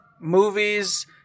movies